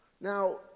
Now